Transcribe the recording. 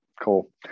Cool